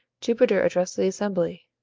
jupiter addressed the assembly.